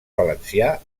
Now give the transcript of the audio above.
valencià